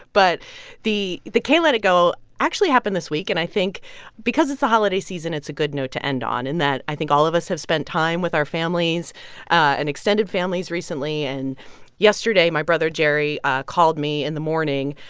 but the the can't let it go actually happened this week. and i think because it's the holiday season it's a good note to end on in that i think all of us have spent time with our families and extended families recently. and yesterday, my brother jerry called me in the morning.